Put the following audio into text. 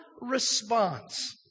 response